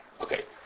Okay